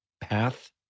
path